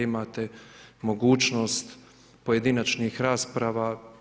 Imate mogućnost pojedinačnih rasprava.